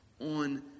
on